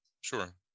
sure